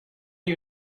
you